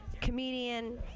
comedian